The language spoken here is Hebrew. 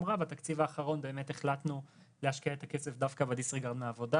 בתקציב האחרון החלטנו להשקיע את הכסף בדיסריגרד מעבודה